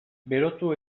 berotu